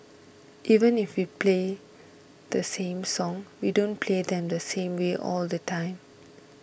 even if we play the same songs we don't play them the same way all the time